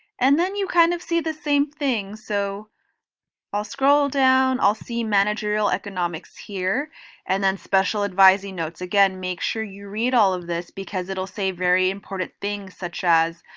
and then you kind of see the same thing so i'll scroll down i'll see managerial economics here and then special advising notes again make sure you read all of this because it'll say very important things such as